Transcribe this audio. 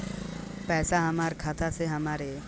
पैसा हमरा खाता से हमारे दोसर बैंक के खाता मे कैसे भेजल जायी?